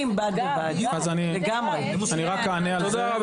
אני רק אענה על זה.